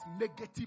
negative